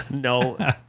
No